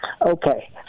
Okay